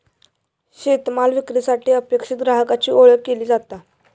शेतमाल विक्रीसाठी अपेक्षित ग्राहकाची ओळख केली जाता